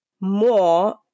more